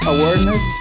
Awareness